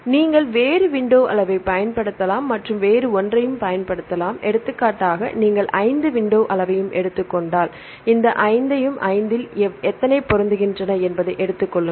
நீங்கள் வேறு விண்டோ அளவைப் பயன்படுத்தலாம் மற்றும் வேறு ஒன்றையும்ப் பயன்படுத்தலாம் எடுத்துக்காட்டாக நீங்கள் 5 விண்டோ அளவையும் எடுத்துக் கொண்டால் இந்த 5 ஐம் 5 இல் எத்தனை பொருந்துகின்றன என்பதை எடுத்துக் கொள்ளுங்கள்